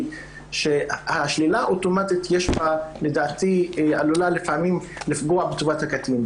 השלילה האוטומטית עלולה לפעמים לפגוע בטובת הקטין.